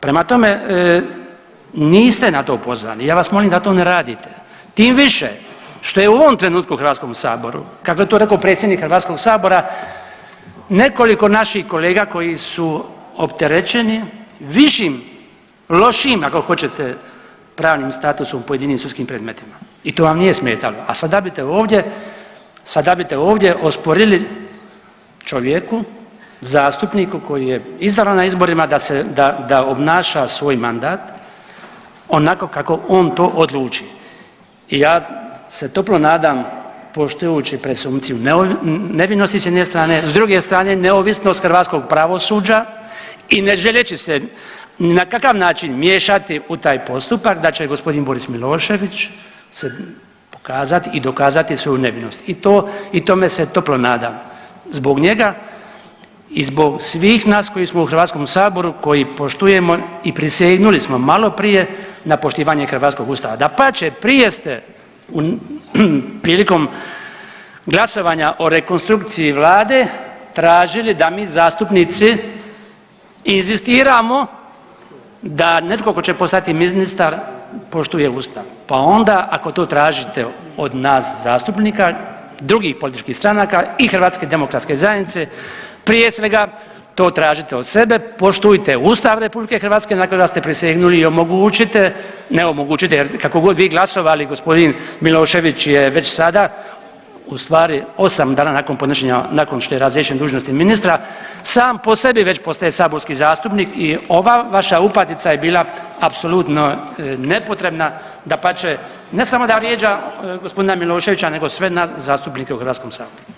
Prema tome, niste na to pozvani i ja vas molim da to ne radite, tim više što je u ovom trenutku u HS kako je to rekao predsjednik HS nekoliko naših kolega koji su opterećeni višim, lošijim ako hoćete pravnim statusom u pojedinim sudskim predmetima i to vam nije smetalo, a sada bite ovdje, sada bite ovdje osporili čovjeku zastupniku koji je izabran na izborima da se, da, da obnaša svoj mandat onako kako on to odluči i ja se toplo nadam poštujući presumpciju nevinosti s jedne strane, s druge strane neovisnost hrvatskog pravosuđa i ne želeći se ni na kakav način miješati u taj postupak da će g. Boris Milošević se pokazati i dokazati svoju nevinost i to i tome se toplo nadam, zbog njega i zbog svih nas koji smo u HS koji poštujemo i prisegnuli smo maloprije na poštivanje hrvatskog ustava, dapače prije ste prilikom glasovanja o rekonstrukciji vlade tražili da mi zastupnici inzistiramo da netko tko će postati ministar poštuje ustav, pa onda ako to tražite od nas zastupnika, drugih političkih stranaka i HDZ-a prije svega to tražite od sebe, poštujte Ustav RH na kojega ste prisegnuli i omogućite, ne omogućite jer kako god vi glasovali g. Milošević je već sada u stvari 8 dana nakon podnošenja, nakon što je razriješen dužnosti ministra sam po sebi već postaje saborski zastupnik i ova vaša upadica je bila apsolutno nepotrebna, dapače ne samo da vrijeđa g. Miloševića nego sve nas zastupnike u HS.